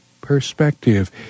perspective